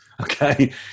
Okay